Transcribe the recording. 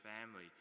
family